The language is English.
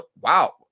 Wow